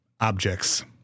objects